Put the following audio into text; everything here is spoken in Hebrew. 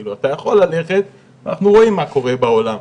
כלומר, אפשר ללכת, אבל אנחנו רואים מה קורה בעולם.